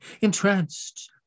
entranced